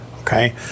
Okay